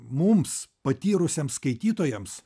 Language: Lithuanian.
mums patyrusiems skaitytojams